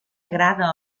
agrada